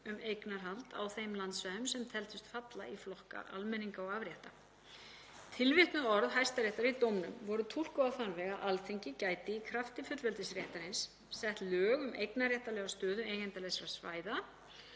um eignarhald á þeim landsvæðum sem teldust falla í flokka almenninga og afrétta. Tilvitnuð orð Hæstaréttar í dómnum voru túlkuð á þann veg að Alþingi gæti í krafti fullveldisréttarins sett lög um eignarréttarlega stöðu eigenda þessara svæða.